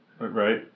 right